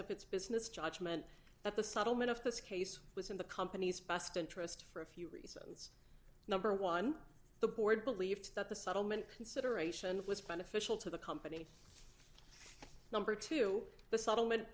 of its business judgment that the settlement of this case was in the company's best interest for a few reasons number one the board believed that the settlement consideration was beneficial to the company number two the settlement